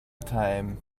time